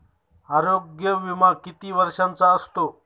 आरोग्य विमा किती वर्षांचा असतो?